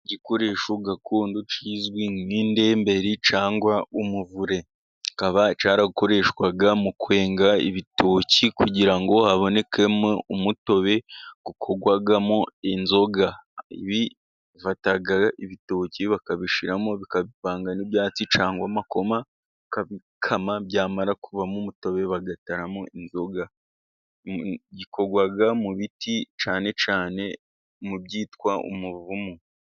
Igikoresho gakondo kizwi nk'indemberi cyangwa umuvure. Kikaba cyarakoreshwaga mu kwenga ibitoki kugira ngo habonekemo umutobe ukorwamo inzoga iba ari ibitoki bakabishyiramo bikavanga n'ibyatsi cyangwa amakoma abikama, byamara kuvamo umutobe bagataramo inzoga. Gikorwa mu biti cyane cyane mu byitwa umuvumu.